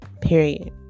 period